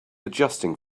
adjusting